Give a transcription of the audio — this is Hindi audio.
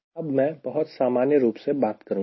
अब मैं बहुत सामान्य रूप से बात करूंगा